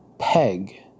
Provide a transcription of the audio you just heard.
peg